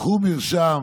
קחו מרשם